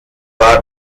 war